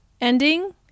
ending